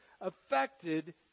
affected